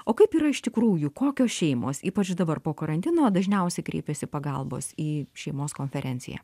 o kaip yra iš tikrųjų kokios šeimos ypač dabar po karantino dažniausiai kreipiasi pagalbos į šeimos konferenciją